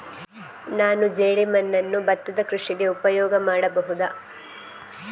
ನಾನು ಜೇಡಿಮಣ್ಣನ್ನು ಭತ್ತದ ಕೃಷಿಗೆ ಉಪಯೋಗ ಮಾಡಬಹುದಾ?